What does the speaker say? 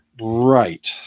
Right